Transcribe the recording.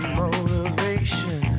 motivation